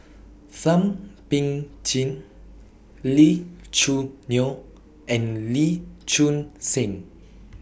Thum Ping Tjin Lee Choo Neo and Lee Choon Seng